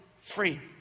free